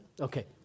Okay